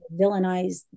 villainize